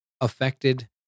affected